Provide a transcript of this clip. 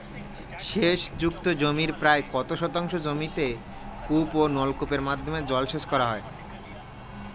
সেচ যুক্ত জমির প্রায় কত শতাংশ জমিতে কূপ ও নলকূপের মাধ্যমে জলসেচ করা হয়?